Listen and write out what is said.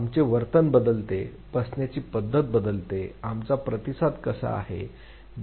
आमचे वर्तन बदलते बसण्याची पद्धत बदलते आमचा प्रतिसाद कसा आहे